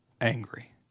angry